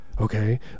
Okay